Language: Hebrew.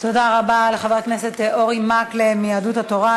תודה רבה לחבר הכנסת אורי מקלב מיהדות התורה.